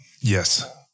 Yes